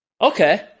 Okay